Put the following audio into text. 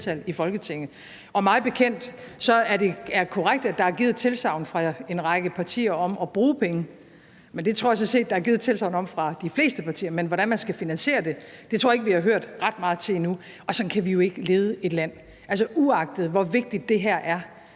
i Folketinget. Og mig bekendt er det korrekt, at der er givet et tilsagn fra en række partier om at bruge penge, men det tror jeg sådan set der er givet et tilsagn om fra de fleste partier, men hvordan man skal finansiere det, tror jeg ikke vi har hørt meget til endnu. Og sådan kan vi jo ikke lede et land. Altså, uagtet hvor vigtigt det her er,